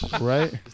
right